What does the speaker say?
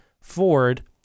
Ford